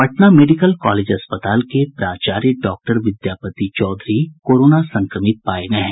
Patna medical college अस्पताल के प्राचार्य डॉक्टर विद्यापति चौधरी कोरोना संक्रमित पाये गये हैं